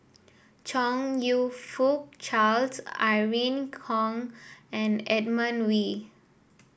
Chong You Fook Charles Irene Khong and Edmund Wee